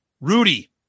Rudy